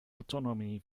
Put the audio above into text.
autonomy